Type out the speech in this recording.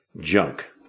junk